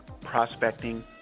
prospecting